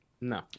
No